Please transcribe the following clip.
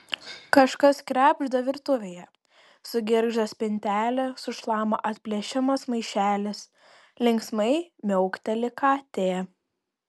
kažkas krebžda virtuvėje sugirgžda spintelė sušlama atplėšiamas maišelis linksmai miaukteli katė